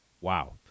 Wow